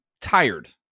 tired